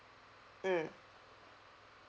mm